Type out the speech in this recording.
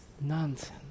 nonsense